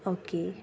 okay